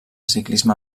ciclisme